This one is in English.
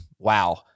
Wow